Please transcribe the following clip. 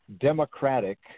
democratic